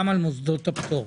גם על מוסדות הפטור.